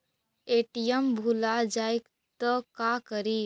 ATM भुला जाये त का करि?